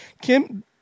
Kim